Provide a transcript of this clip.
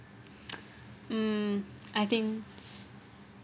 mm I think